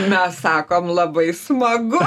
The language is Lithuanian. mes sakom labai smagu